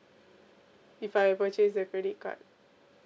if I purchase the credit card